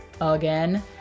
again